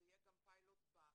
זה יהיה גם פיילוט בארגון